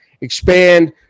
expand